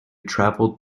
traveled